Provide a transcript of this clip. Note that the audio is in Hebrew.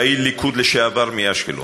פעיל ליכוד לשעבר מאשקלון: